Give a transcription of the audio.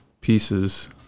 pieces